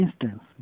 instance